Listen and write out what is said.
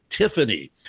Tiffany